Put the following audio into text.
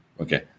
Okay